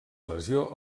lesió